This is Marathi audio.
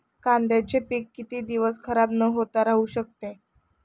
कांद्याचे पीक किती दिवस खराब न होता राहू शकते?